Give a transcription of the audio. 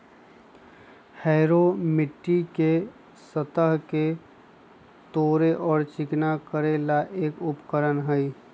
harrow मिट्टी के सतह के तोड़े और चिकना करे ला एक उपकरण हई